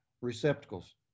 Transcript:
receptacles